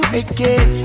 again